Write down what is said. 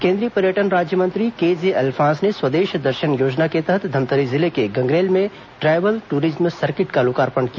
केन्द्रीय पर्यटन राज्य मंत्री केजे अल्फॉन्स ने स्वदेश दर्शन योजना के तहत् धमतरी जिले के गंगरेल में ट्रायबल टूरिज्म सर्किट का लोकार्पण किया